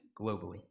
globally